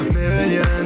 Million